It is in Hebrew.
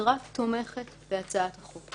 המשטרה תומכת בהצעת החוק.